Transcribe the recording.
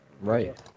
Right